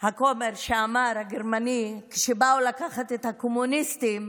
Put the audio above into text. הכומר הגרמני, כשבאו לקחת את הקומוניסטים,